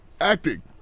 Acting